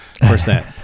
percent